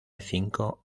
cinco